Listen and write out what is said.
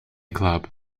club